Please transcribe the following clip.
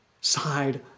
side